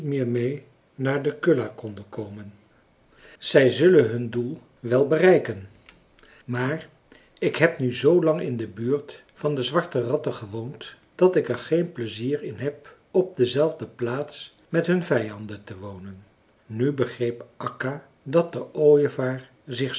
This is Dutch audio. meer meê naar de kulla konden komen zij zullen hun doel wel bereiken maar ik heb nu zoolang in de buurt van de zwarte ratten gewoond dat ik er geen pleizier in heb op dezelfde plaats met hun vijanden te wonen nu begreep akka dat de ooievaar zich